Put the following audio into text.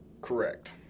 Correct